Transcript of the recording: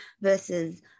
versus